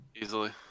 easily